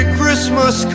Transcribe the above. Christmas